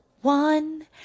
one